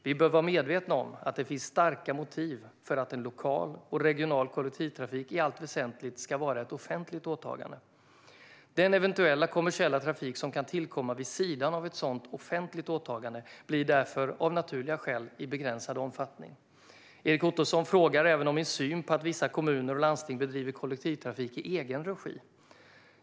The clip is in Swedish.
Vi bör vara medvetna om att det finns starka motiv för att lokal och regional kollektivtrafik i allt väsentligt ska vara ett offentligt åtagande. Den eventuella kommersiella trafik som kan tillkomma vid sidan av ett sådant offentligt åtagande blir därför av naturliga skäl av begränsad omfattning. Erik Ottoson frågar även om min syn på att vissa kommuner och landsting bedriver kollektivtrafik i egen regi.